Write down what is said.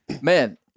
Man